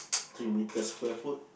three metre square foot